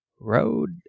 road